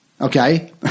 Okay